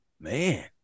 Man